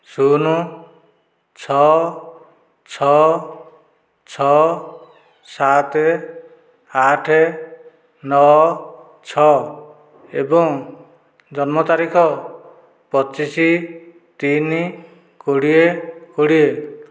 ଶୂନ ଛଅ ଛଅ ଛଅ ସାତ ଆଠ ନଅ ଛଅ ଏବଂ ଜନ୍ମ ତାରିଖ ପଚିଶ ତିନି କୋଡିଏ କୋଡିଏ